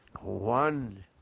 one